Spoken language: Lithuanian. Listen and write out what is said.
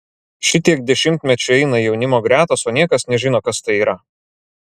šitiek dešimtmečių eina jaunimo gretos o niekas nežino kas tai yra